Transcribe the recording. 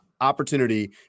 opportunity